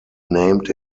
named